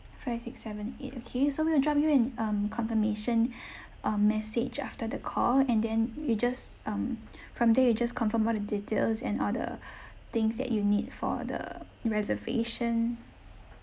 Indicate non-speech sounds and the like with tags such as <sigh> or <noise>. five six seven eight okay so we will drop you an um confirmation <breath> uh message after the call and then you just um from there you just confirm all the details and all the things that you need for the reservation